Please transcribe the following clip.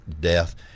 death